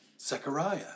Zechariah